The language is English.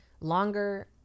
longer